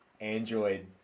Android